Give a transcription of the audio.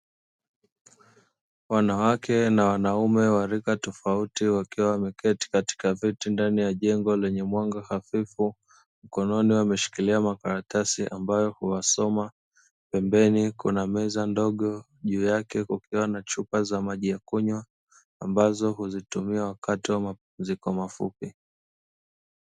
Wanawake na wanaume wa rika tofauti wakiwa wameketi katika viti ndani ya jengo lenye mwanga hafifu. Mkononi wameshikilia makaratasi ambayo huyasoma. Pembeni kuna meza ndogo pembeni kuna chupa za maji ya kunywa ambazo huzitumia wakati wa mapumziko mafupi.